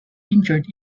injured